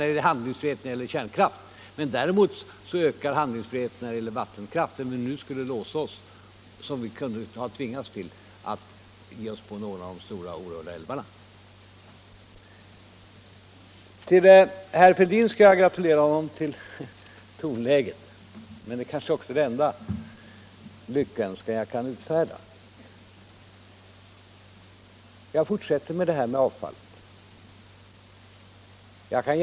Däremot får vi en större handlingsfrihet när det gäller vattenkraft än om vi nu skulle låsa oss — vilket vi kunde ha tvingats till — för att ge oss på någon av de stora orörda älvarna. Herr Fälldin skall jag gratulera till tonläget — men det är kanske också den enda lyckönskan jag kan utfärda. Jag fortsätter med avfallsfrågan.